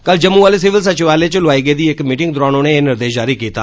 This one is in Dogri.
कल जम्मू आह्ले सिविल सचिवालय च लोआई गेदी इक मीटिंग दौरान उनें एह् निर्देश जारी कीता